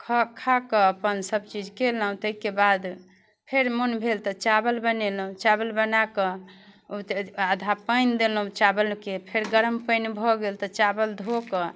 खऽ खाकऽ अपन सबचीज केलहुँ ताहिके बाद फेर मोन भेल तऽ चावल बनेलहुँ चावल बनाकऽ ओहि ते आधा पानि देलहुँ चावलके फेर गरम पानि भऽ गेल तऽ चावल धोकऽ